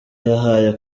yahaye